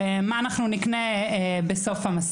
ברוב המקומות כמעט בכל המקומות שבהם אנחנו